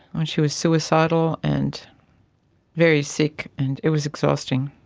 she was suicidal and very sick and it was exhausting,